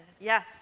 Yes